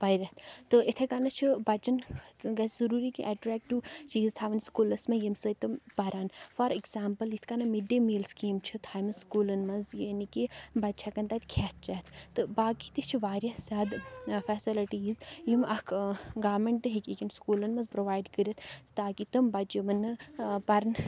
پٔرِتھ تہٕ اِتھَے کَنَتھ چھِ بَچَن گژھِ ضٔروٗری کہِ اٮ۪ٹریکٹِو چیٖز تھاوٕنۍ سکوٗلَس منٛز ییٚمہِ سۭتۍ تٕم پَران فار اٮ۪کزامپٕل یِتھ کَنَن مِڈ ڈے میٖل سِکیٖم چھِ تھایہِ مَژ سُکوٗلَن منٛز یعنی کہِ بَچہِ ہٮ۪کَن تَتہِ کھٮ۪تھ چٮ۪تھ تہٕ باقٕے تہِ چھِ وارِیاہ زیادٕ فیسَلٹیٖز یِم اَکھ گورمٮ۪نٛٹ ہیٚکہِ ہیٚکن سکوٗلَن منٛز پرٛووایِڈ کٔرِتھ تاکہِ تِم بَچہِ یِمَن نہٕ پَرن